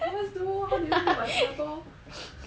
help us do how do you feel about singapore